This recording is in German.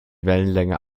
wellenlänge